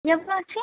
எவ்வளோ ஆச்சு